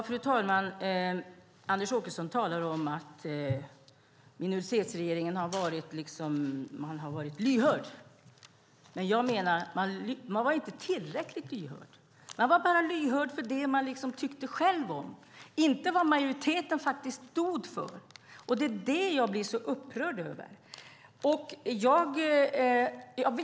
Fru talman! Anders Åkesson säger att minoritetsregeringen varit lyhörd. Jag menar att regeringen inte varit tillräckligt lyhörd. Man var bara lyhörd för det som man själv tyckte om, inte för det som majoriteten faktiskt stod för. Det är det jag blir så upprörd över.